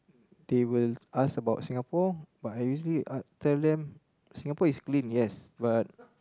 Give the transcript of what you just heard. they will ask about Singapore but I usually ask tell them Singapore is clean yes but